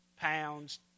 pounds